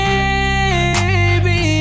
Baby